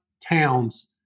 towns